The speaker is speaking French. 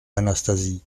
anastasie